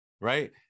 right